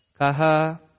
Kaha